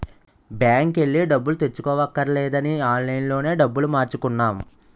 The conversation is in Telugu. బాంకెల్లి డబ్బులు తెచ్చుకోవక్కర్లేదని ఆన్లైన్ లోనే డబ్బులు మార్చుకున్నాం